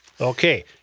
Okay